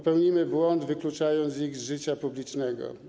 Popełnimy błąd, wykluczając ich z życia publicznego.